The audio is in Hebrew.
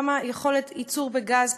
כמה יכולת ייצור בגז,